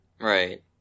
Right